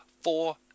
four